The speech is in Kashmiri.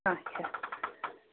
اَچھا